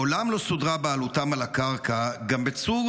מעולם לא סודרה בעלותם על הקרקע, גם בצורה